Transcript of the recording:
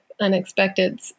unexpected